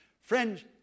Friends